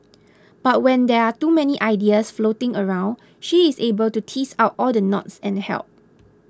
but when there are too many ideas floating around she is able to tease out all the knots and help